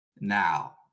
now